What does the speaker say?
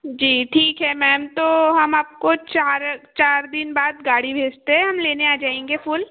जी ठीक है मैम तो हम आपको चार चार दिन बाद गाड़ी भेजते हैं हम लेने आ जाएंगे फूल